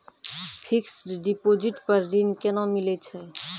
Fixed deposit पर ऋण केना मिलै छै?